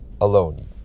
alone